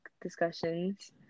discussions